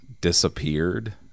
disappeared